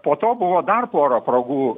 po to buvo dar pora progų